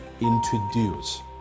introduce